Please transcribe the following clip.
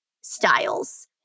styles